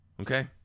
okay